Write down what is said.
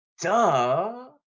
Duh